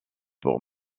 pour